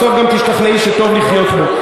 בסוף גם תשתכנעי שטוב לחיות פה.